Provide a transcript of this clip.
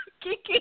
Kiki